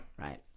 Right